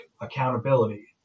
accountability